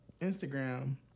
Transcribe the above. Instagram